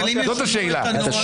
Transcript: מי ימנע ממך לשנות את הנוהל?